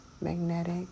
magnetic